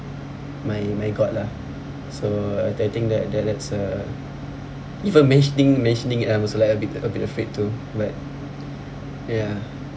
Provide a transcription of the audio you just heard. my my god lah so I think that that's a even mentioning mentioning it I'm also like a bit a bit afraid too but ya